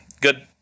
good